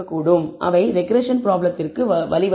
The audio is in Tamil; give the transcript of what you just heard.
அவை ரெக்ரெஸ்ஸன் ப்ராப்ளத்திற்கு வழிவகுக்கும்